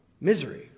misery